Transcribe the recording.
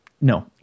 no